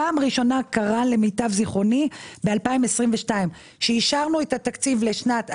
פעם ראשונה קרה למיטב זכרוני ב-2022 שאישרנו את התקציב השוטף לשנת 2022,